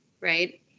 right